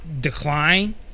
decline